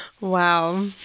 Wow